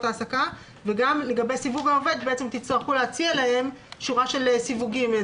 העסקה וגם לגבי סיווג העובד תצטרכו בעצם להציע להם שורה של סיווגים.